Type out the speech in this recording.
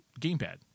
gamepad